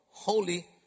holy